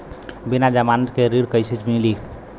बिना जमानत के ऋण कईसे मिली?